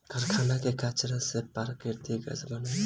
कारखाना के कचरा से भी प्राकृतिक गैस बनेला